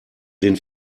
den